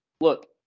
look